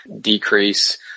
decrease